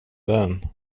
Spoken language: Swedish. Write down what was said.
den